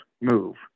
move